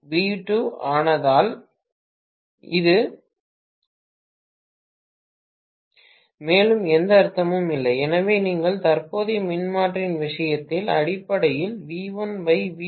we 2 ஆனதால் இது மேலும் எந்த அர்த்தமும் இல்லை எனவே நீங்கள் தற்போதைய மின்மாற்றியின் விஷயத்தில் அடிப்படையில் V1V2 முற்றிலும் செல்லுபடியாகாது